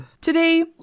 Today